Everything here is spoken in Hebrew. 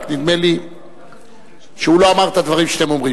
רק נדמה לי שהוא לא אמר את הדברים שאתם אומרים.